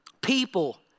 People